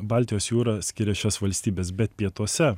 baltijos jūra skiria šias valstybes bet pietuose